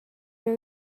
you